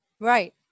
Right